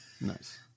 nice